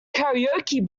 karaoke